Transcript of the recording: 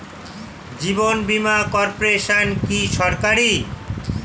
জীবন বীমা কর্পোরেশন কি সরকারি?